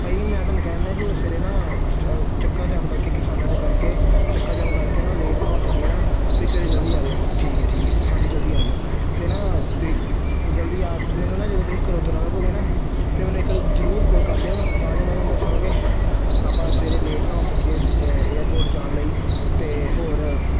ਭਾਅ ਜੀ ਮੈਂ ਤੁਹਾਨੂੰ ਕਹਿਣ ਦਿਆਂ ਕਿ ਉਹ ਸਵੇਰੇ ਨਾ ਚੱਕਾ ਜਾਮ ਕਰਕੇ ਕਿਸਾਨਾਂ ਦੇ ਕਰਕੇ ਚੱਕਾ ਜਾਮ ਕਰਕੇ ਨਾ ਲੇਟ ਨਾ ਹੋ ਸਕੀਏ ਨਾ ਤੁਸੀਂ ਸਵੇਰੇ ਜਲਦੀ ਆ ਜਿਓ ਠੀਕ ਹੈ ਠੀਕ ਹੈ ਹਾਂਜੀ ਜਲਦੀ ਆ ਜਿਓ ਅਤੇ ਨਾ ਤੁਸੀਂ ਜਲਦੀ ਆ ਮੈਨੂੰ ਨਾ ਜਦੋਂ ਤੁਸੀਂ ਘਰੋਂ ਤੁਰਨ ਲੱਗੋਗੇ ਨਾ ਤਾਂ ਮੈਨੂੰ ਇੱਕ ਵਾਰੀ ਜ਼ਰੂਰ ਕੋਲ ਕਰ ਲਿਓ ਤਾਂ ਜੋ ਮੈਂ ਤੁਹਾਨੂੰ ਦੱਸਾਂਗੇ ਕਿ ਆਪਾਂ ਸਵੇਰੇ ਲੇਟ ਨਾ ਹੋ ਸਕੀਏ ਏਅਰਪੋਰਟ ਜਾਣ ਲਈ ਅਤੇ ਹੋਰ